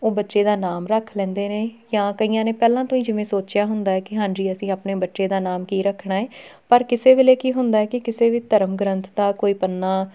ਉਹ ਬੱਚੇ ਦਾ ਨਾਮ ਰੱਖ ਲੈਂਦੇ ਨੇ ਜਾਂ ਕਈਆਂ ਨੇ ਪਹਿਲਾਂ ਤੋਂ ਹੀ ਜਿਵੇਂ ਸੋਚਿਆ ਹੁੰਦਾ ਹੈ ਕਿ ਹਾਂਜੀ ਅਸੀਂ ਆਪਣੇ ਬੱਚੇ ਦਾ ਨਾਮ ਕੀ ਰੱਖਣਾ ਹੈ ਪਰ ਕਿਸੇ ਵੇਲੇ ਕੀ ਹੁੰਦਾ ਕਿ ਕਿਸੇ ਵੀ ਧਰਮ ਗ੍ਰੰਥ ਦਾ ਕੋਈ ਪੰਨਾ